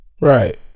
Right